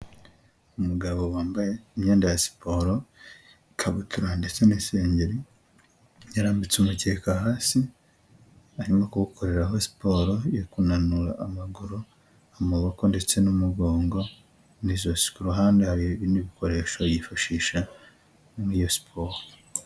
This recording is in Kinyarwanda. Umugabo wambaye imyenda ya siporo ikabutura ndetse n'isengeri, yarambitse umukeka hasi arimo kuwukoreraho siporo yo kunanura amaguru, amaboko ndetse n'umugongo n'ijosi. Ku ruhande hari ibindi bikoresho yifashisha muri iyo siporo.